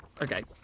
Okay